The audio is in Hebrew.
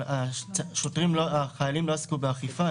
אבל החיילים לא עסקו באכיפה,